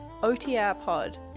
OTRpod